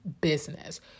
business